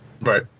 Right